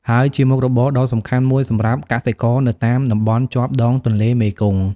ហើយជាមុខរបរដ៏សំខាន់មួយសម្រាប់កសិករនៅតាមតំបន់ជាប់ដងទន្លេមេគង្គ។